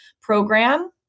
program